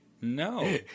No